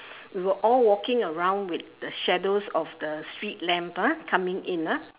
we were all walking around with the shadows of the street lamp ah coming in ah